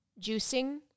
juicing